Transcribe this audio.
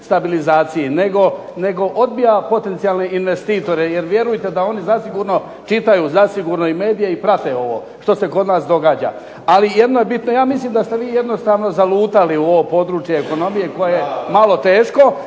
stabilizaciji nego odbija potencijalne investitore, jer vjerujte da oni zasigurno čitaju zasigurno medije i prate ovo što se kod nas događa. Ali jedno je bitno. Ja mislim da ste vi jednostavno zalutali u ovo područje ekonomije koje je malo teško.